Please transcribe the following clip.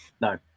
No